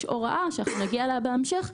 יש הוראה שאנחנו נגיע אליה בהמשך,